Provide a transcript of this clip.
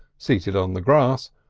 seated on the grass,